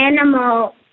animal